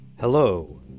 Hello